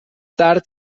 tard